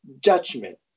judgment